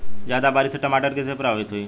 ज्यादा बारिस से टमाटर कइसे प्रभावित होयी?